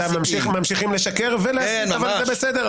אתם ממשיכים לשקר ולהסית, אבל זה בסדר.